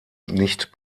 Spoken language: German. nicht